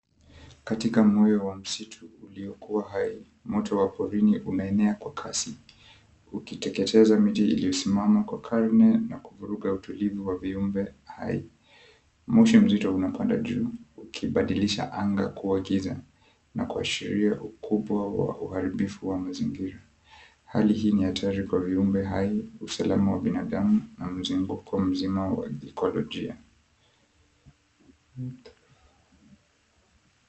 Katika moyo wa msitu uliokuwa hai moto wa porini unaenea kwa kasi ukiteketeza miti iliyosimama kwa karne na kuvuruga utulivu wa viumbe hai. Moshi mzito unapanda juu ukibadilisha anga kuwa giza na kuashiria ukubwa wa uharibifu wa mazingira. Hali hii ni hatari kwa viumbe hai, usalama wa binadamu na mzunguko mzima wa ekolojia.